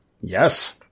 Yes